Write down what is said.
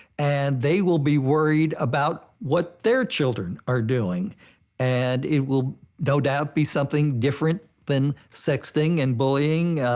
and they will be worried about what their children are doing and it will no doubt be something different than sexting and bullying,